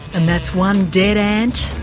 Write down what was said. and that's one dead ant,